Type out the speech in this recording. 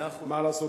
מה לעשות,